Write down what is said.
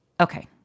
Okay